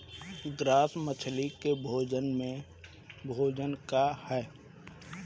Grass मछली के भोजन का ह?